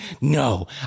No